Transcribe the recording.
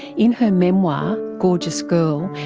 in her memoir gorgeous girl,